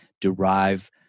derive